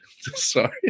sorry